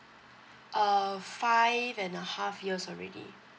uh five and a half years already